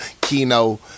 Keno